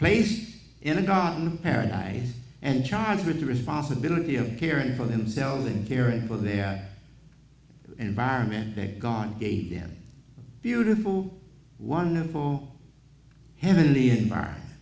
plays in a garden paradise and charged with the responsibility of caring for themselves and caring for their environment they are gone the beautiful wonderful heavenly environment